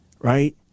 right